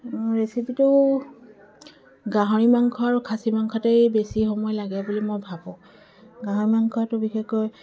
ৰেচিপিটো গাহৰি মাংস আৰু খাছী মাংসতেই বেছি সময় লাগে বুলি মই ভাবো গাহৰি মাংসটো বিশেষকৈ